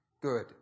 good